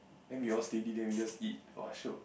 then we all steady then we just eat !wah! shiok